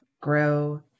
grow